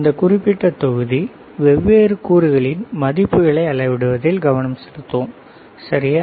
இந்த குறிப்பிட்ட தொகுதி வெவ்வேறு கூறுகளின் மதிப்புகளை அளவிடுவதில் கவனம் செலுத்துவோம் சரியா